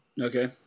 Okay